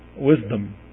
wisdom